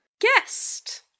guest